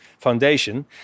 foundation